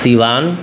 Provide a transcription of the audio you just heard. Siwan